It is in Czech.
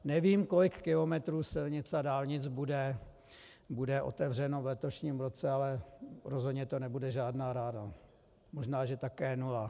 Nevím, kolik kilometrů silnic a dálnic bude otevřeno v letošním roce, ale rozhodně to nebude žádná rána, možná že také nula.